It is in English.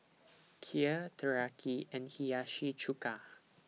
Kheer Teriyaki and Hiyashi Chuka